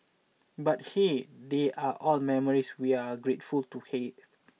but hey they are all memories we're grateful to have